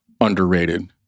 underrated